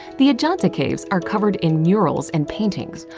the ajanta caves are covered in murals and paintings,